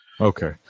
Okay